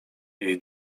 jej